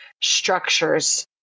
structures